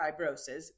fibrosis